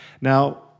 Now